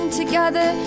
together